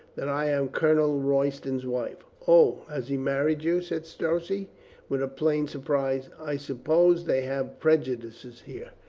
that i am colonel royston's wife. o, has he married you? said strozzi with plain surprise. i suppose they have prejudices here.